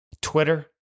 Twitter